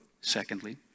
secondly